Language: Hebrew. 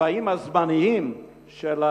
התוואים הזמניים,